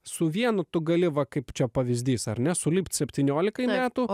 su vienu tu gali va kaip čia pavyzdys ar ne sulipt septyniolikai metų